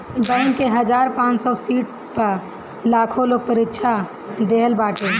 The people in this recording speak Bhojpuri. बैंक के हजार पांच सौ सीट पअ लाखो लोग परीक्षा देहले बाटे